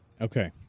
Okay